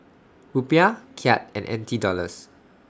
Rupiah Kyat and N T Dollars